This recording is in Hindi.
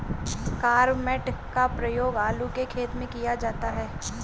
कार्बामेट का प्रयोग आलू के खेत में किया जाता है